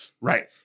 Right